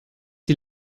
die